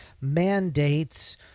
mandates